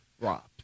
Rob